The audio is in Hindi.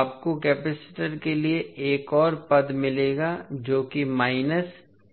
आपको कपैसिटर के लिए एक और पद मिलेगा जो कि है